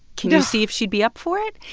can you see if she'd be up for it?